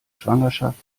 schwangerschaft